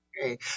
Okay